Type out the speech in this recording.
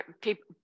people